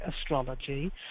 Astrology